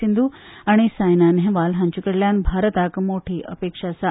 सिंध्र आनी सायना नेहवाल हांच्या कडल्यान भारताक मोठी अपेक्षा आसा